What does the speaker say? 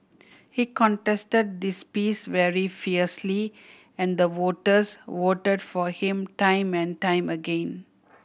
he contested this piece very fiercely and the voters voted for him time and time again